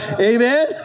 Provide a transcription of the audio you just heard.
Amen